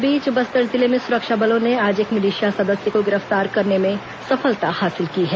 इस बीच बस्तर जिले में सुरक्षा बलों ने आज एक मिलिशिया सदस्य को गिरफ्तार करने में सफलता हासिल की है